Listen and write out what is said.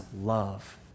love